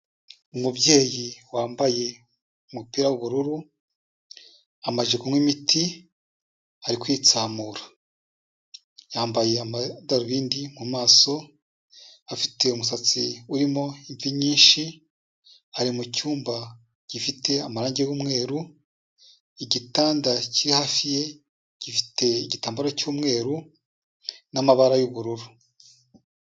Umubyeyi wambaye umupira w'ubururu, amaje kunywa imiti ari kwitsamura. Yambaye amadarubindi mu maso, afite umusatsi urimo imvi nyinshi, ari mu cyumba gifite amarangi y'umweru, igitanda kiri hafi ye gifite igitambaro cy'umweru n'amabara y'ubururu.